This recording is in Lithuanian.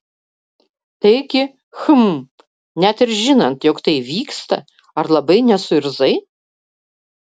taigi hm net ir žinant jog tai vyksta ar labai nesuirzai